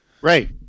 Right